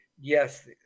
yes